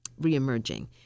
reemerging